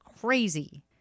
crazy